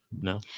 No